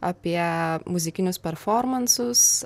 apie muzikinius performansus